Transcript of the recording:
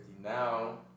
now